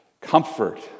comfort